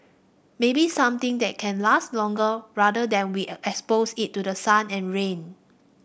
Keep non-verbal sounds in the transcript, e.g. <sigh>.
maybe something that can last longer rather than we <hesitation> expose it to the sun and rain